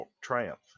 Triumph